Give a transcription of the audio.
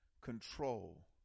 control